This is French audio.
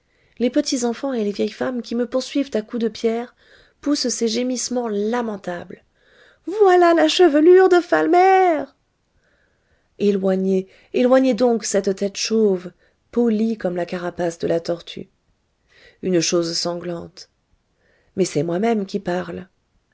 les petits enfants et les vieilles femmes qui me poursuivent à coups de pierre poussent ces gémissements lamentables voilà la chevelure de falmer éloignez éloignez donc cette tête chauve polie comme la carapace de la tortue une chose sanglante mais c'est moi-même qui parle